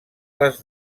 les